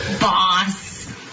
Boss